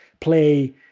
play